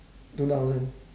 two thousand